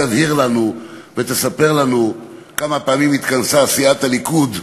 שתבהיר לנו ותספר לנו כמה פעמים התכנסה סיעת הליכוד,